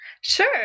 Sure